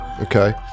Okay